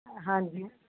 ਹਾਂਜੀ